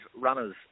runners